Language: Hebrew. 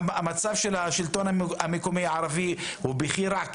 המצב של השלטון המקומי הערבי הוא בכי רע,